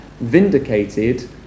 vindicated